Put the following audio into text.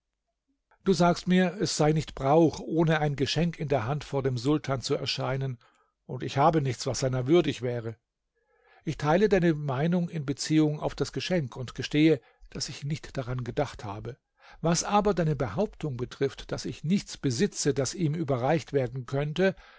du sagst mir es sei nicht brauch ohne ein geschenk in der hand vor dem sultan zu erscheinen und ich habe nichts was seiner würdig wäre ich teile deine meinung in beziehung auf das geschenk und gestehe daß ich nicht daran gedacht habe was aber deine behauptung betrifft daß ich nichts besitze das ihm überreicht werden könnte